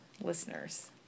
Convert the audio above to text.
listeners